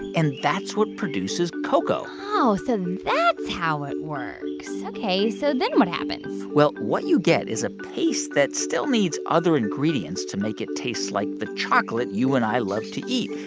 and that's what produces cocoa oh, so and that's how it works. ok, so then what happens? well, what you get is a paste that still needs other ingredients to make it taste like the chocolate you and i love to eat,